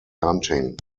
hunting